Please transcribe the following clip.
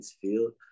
Field